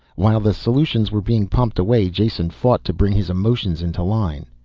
while the solutions were being pumped away, jason fought to bring his emotions into line.